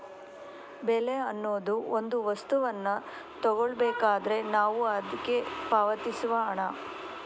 ಬೆಲೆ ಅನ್ನುದು ಒಂದು ವಸ್ತುವನ್ನ ತಗೊಳ್ಬೇಕಾದ್ರೆ ನಾವು ಅದ್ಕೆ ಪಾವತಿಸುವ ಹಣ